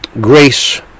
grace